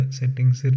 settings